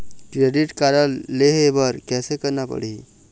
Credit card लेहे बर कैसे करना पड़ही?